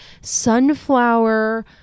sunflower